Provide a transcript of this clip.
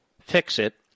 Fixit